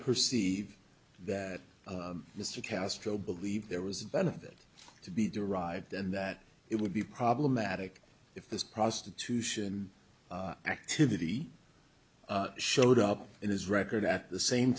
perceive that mr castro believed there was a benefit to be derived and that it would be problematic if this prostitution activity showed up in his record at the same